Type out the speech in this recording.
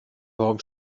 warum